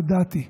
ידעתי,